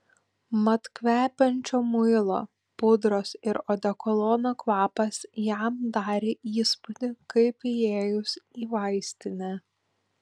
mat kvepiančio muilo pudros ir odekolono kvapas jam darė įspūdį kaip įėjus į vaistinę